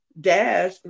Dash